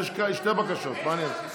יש שתי בקשות, מה אני אעשה?